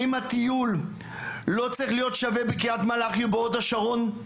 האם הטיול לא צריך להיות שווה בקרית מלאכי ובהוד השרון?